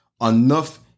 enough